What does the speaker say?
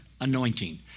anointing